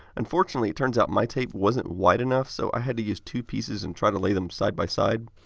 unfortunately, it turns out my tape wasn't wide enough so i had to use two pieces and try to lay them side by side.